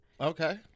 Okay